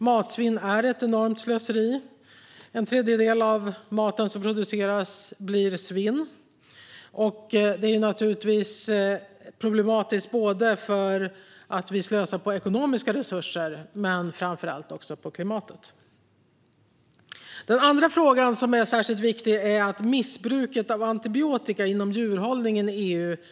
Matsvinn är ett enormt slöseri - en tredjedel av den mat som produceras blir svinn, vilket naturligtvis är problematiskt inte bara för att vi slösar med ekonomiska resurser utan framför allt för att det är ett slöseri med klimatet. För det andra - och detta är särskilt viktigt - måste missbruket av antibiotika inom djurhållningen i EU upphöra.